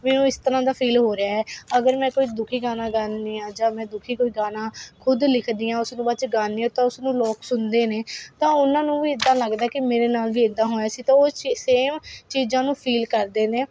ਮੈਨੂੰ ਇਸ ਤਰ੍ਹਾਂ ਦਾ ਫੀਲ ਹੋ ਰਿਹਾ ਹੈ ਅਗਰ ਮੈਂ ਕੋਈ ਦੁਖੀ ਗਾਣਾ ਗਾਉਂਦੀ ਹਾਂ ਜਾਂ ਮੈਂ ਦੁਖੀ ਕੋਈ ਗਾਣਾ ਖੁਦ ਲਿਖਦੀ ਹਾਂ ਉਸ ਨੂੰ ਬਾਅਦ 'ਚ ਗਾਉਂਦੀ ਹਾਂ ਤਾਂ ਉਸਨੂੰ ਲੋਕ ਸੁਣਦੇ ਨੇ ਤਾਂ ਉਹਨਾਂ ਨੂੰ ਵੀ ਇਦਾਂ ਲੱਗਦਾ ਕਿ ਮੇਰੇ ਨਾਲ ਵੀ ਇੱਦਾਂ ਹੋਇਆ ਸੀ ਤਾਂ ਉਹ ਇਸ ਚੀਜ਼ ਸੇਮ ਚੀਜ਼ਾਂ ਨੂੰ ਫੀਲ ਕਰਦੇ ਨੇ